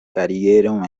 karieron